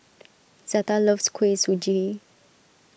Zetta loves Kuih Suji